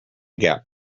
gap